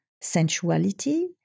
sensuality